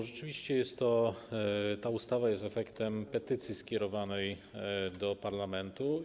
Rzeczywiście ta ustawa jest efektem petycji skierowanej do parlamentu.